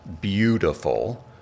beautiful